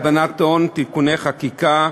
(אמצעים לאכיפת תשלום מסים ולהרתעה מפני הלבנת הון) (תיקוני חקיקה),